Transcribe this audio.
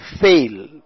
fail